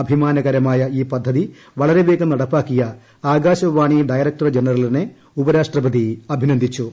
അഭിമാനകരമായ ഈ പദ്ധതി വളരെവേഗം നടപ്പിലാക്കിയ് ആകാശവാണി ഡയറക്ടർ ജനറലിനെ ഉപരാഷ്ട്രപതി അഭിനന്ദിച്ചു